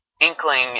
inkling